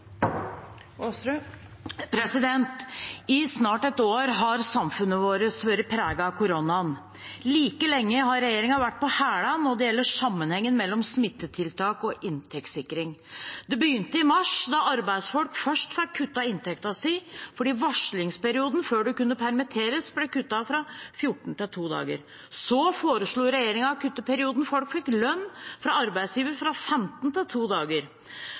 I snart et år har samfunnet vårt vært preget av koronaen. Like lenge har regjeringen vært på hæla når det gjelder sammenhengen mellom smittetiltak og inntektssikring. Det begynte i mars, da arbeidsfolk først fikk kuttet inntekten sin fordi varslingsperioden før en kunne permitteres, ble kuttet fra 14 til 2 dager. Så foreslo regjeringen å kutte perioden folk fikk lønn fra arbeidsgiver, fra 15 til 2 dager.